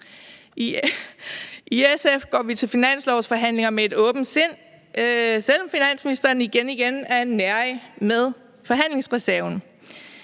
I SF går vi til finanslovsforhandlingerne med et åbent sind, selv om finansministeren igenigen er nærig med forhandlingsreserven.